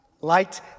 light